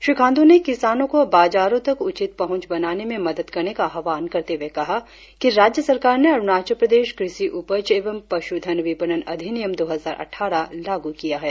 श्री खांडू ने किसानों को बाजारों तक उचित पहुंच बनाने में मदद करने का आह्वान करते हुए कहा कि राज्य सरकार ने अरुणाचल प्रदेश कृषि उपज एवं पशुधन विपणन अधिनियम दो हजार अट्ठारह लागू किया है